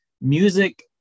music